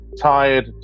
tired